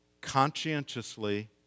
conscientiously